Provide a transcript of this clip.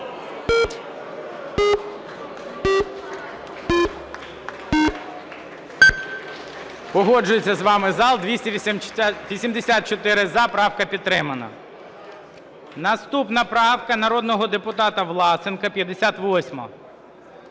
Погоджується з вами зал, 284 – за. Правка підтримана. Наступна правка народного депутата Власенка 58-а.